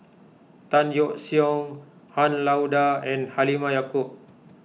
Tan Yeok Seong Han Lao Da and Halimah Yacob